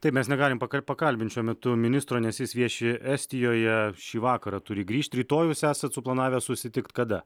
taip mes negalim pakal pakalbint šiuo metu ministro nes jis vieši estijoje šį vakarą turi grįžti rytoj jūs esat suplanavęs susitikt kada